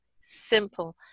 simple